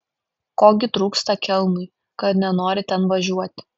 ko gi trūksta kelnui kad nenori ten važiuot